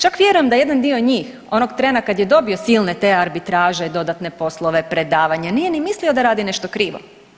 Čak vjerujem da jedan dio njih onog trena kad je dobio silne te arbitraže, dodatne poslove, predavanja nije ni mislio da radi nešto krivo.